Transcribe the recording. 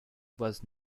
was